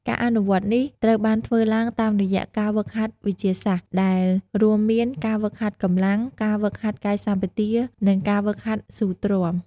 ការអនុវត្តនេះត្រូវបានធ្វើឡើងតាមរយៈការហ្វឹកហាត់វិទ្យាសាស្ត្រ ដែលរួមមាន ការហ្វឹកហាត់កម្លាំង ការហ្វឹកហាត់កាយសម្បទា និងការហ្វឹកហាត់ស៊ូទ្រាំ។